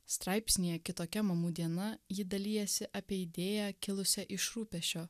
straipsnyje kitokia mamų diena ji dalijasi apie idėją kilusią iš rūpesčio